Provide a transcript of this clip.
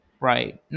Right